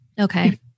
Okay